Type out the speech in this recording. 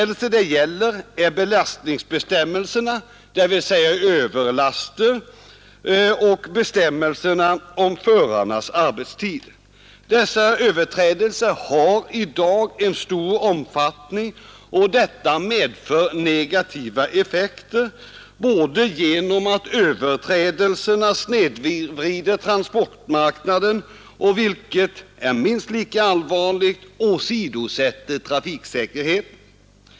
Det gäller överträdelser av bestämmelserna mot överlaster och av bestämmelserna om förarnas arbetstid. Dessa överträdelser har i dag stor omfattning och medför negativa effekter både genom att de snedvrider transportmarknaden och, vilket är minst lika allvarligt, åsidosätter trafiksäkerheten.